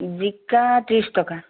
জিকা ত্ৰিছ টকা